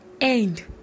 end